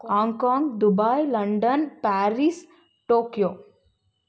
Hong Kong Dubai London Paris Tokyo